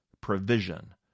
provision